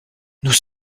nous